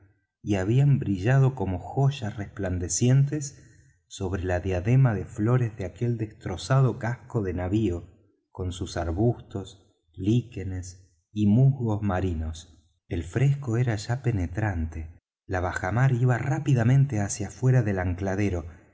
y habían brillado como joyas resplandecientes sobre la diadema de flores de aquel destrozado casco de navío con sus arbustos líquenes y musgos marinos el fresco era ya penetrante la bajamar iba rápidamente hacia afuera del